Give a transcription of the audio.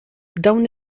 dawn